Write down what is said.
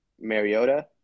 Mariota